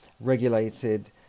regulated